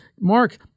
Mark